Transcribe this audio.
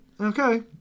okay